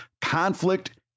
conflict